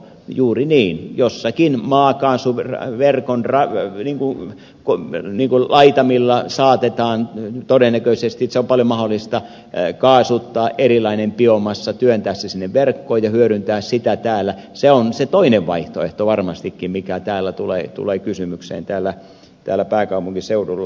juuri niin jossakin maakaasuverkonverkon räväytti lintumme kolmen nikula maakaasuverkon laitamilla saatetaan todennäköisesti se on paljon mahdollista kaasuttaa erilainen biomassa työntää se sinne verkkoon ja hyödyntää sitä täällä se on se toinen vaihtoehto varmastikin mikä tulee kysymykseen täällä pääkaupunkiseudulla